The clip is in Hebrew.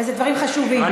ואלה דברים חשובים.